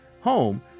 home